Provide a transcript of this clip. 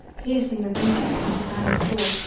piercing the vanquished when his banners fall,